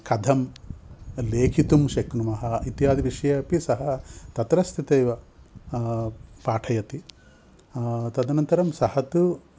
कथं लेखितुं शक्नुमः इत्यादिविषयेऽपि सः तत्र स्थित्वैव पाठयति तदनन्तरं सः तु